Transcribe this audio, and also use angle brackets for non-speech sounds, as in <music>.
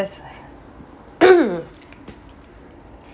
~s <coughs>